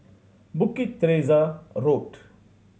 Bukit Teresa Road